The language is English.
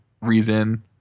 reason